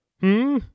Hmm